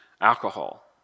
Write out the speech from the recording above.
alcohol